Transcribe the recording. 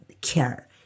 care